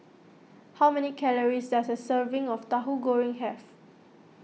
how many calories does a serving of Tahu Goreng has